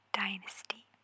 dynasty